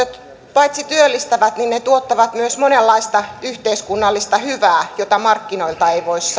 paitsi työllistävät myös tuottavat monenlaista yhteiskunnallista hyvää jota markkinoilta ei voi saada